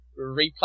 replay